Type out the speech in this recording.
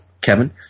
Kevin